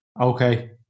Okay